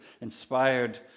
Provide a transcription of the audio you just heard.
inspired